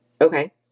Okay